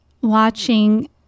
watching